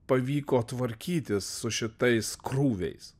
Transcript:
pavyko tvarkytis su šitais krūviais